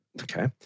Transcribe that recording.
Okay